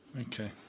Okay